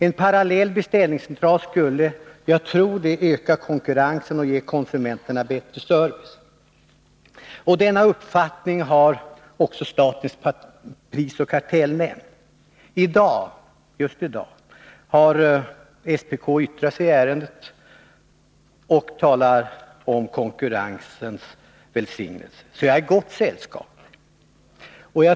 En parallell beställningscentral skulle, tror jag, öka konkurrensen och ge konsumenterna bättre service. Denna uppfattning har också statens prisoch kartellnämnd. Just i dag har SPK yttrat sig i detta ärende och talat om konkurrensens välsignelse, så jag är i gott sällskap.